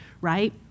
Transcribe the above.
right